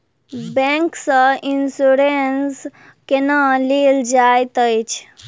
bank सँ insurance केना लेल जाइत अछि